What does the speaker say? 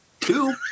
two